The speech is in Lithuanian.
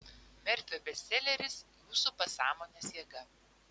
merfio bestseleris jūsų pasąmonės jėga